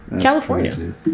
California